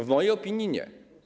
W mojej opinii nie.